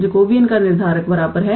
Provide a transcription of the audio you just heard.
यह r sin𝜃 है